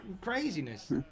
craziness